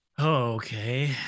Okay